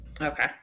Okay